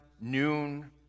noon